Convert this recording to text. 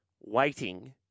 waiting